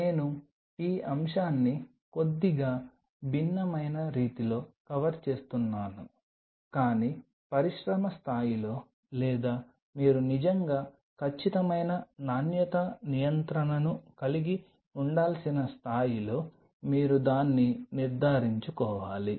నేను ఈ అంశాన్ని కొద్దిగా భిన్నమైన రీతిలో కవర్ చేస్తున్నాను కానీ పరిశ్రమ స్థాయిలో లేదా మీరు నిజంగా ఖచ్చితమైన నాణ్యత నియంత్రణను కలిగి ఉండాల్సిన స్థాయిలో మీరు దాన్ని నిర్ధారించుకోవాలి